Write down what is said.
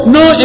no